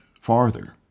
farther